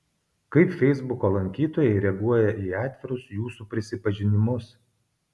kaip feisbuko lankytojai reaguoja į atvirus jūsų prisipažinimus